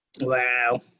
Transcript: Wow